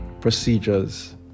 procedures